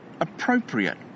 appropriate